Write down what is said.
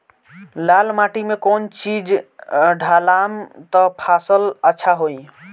लाल माटी मे कौन चिज ढालाम त फासल अच्छा होई?